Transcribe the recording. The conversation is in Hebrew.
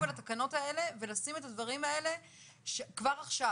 על התקנות האלה ולשים את הדברים האלה כבר עכשיו.